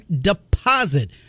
deposit